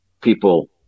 people